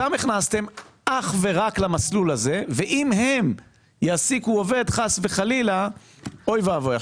אותם הכנסתם אך ורק למסלול הזה ואם הם יעסיקו עובד חס וחלילה אוי ואבוי.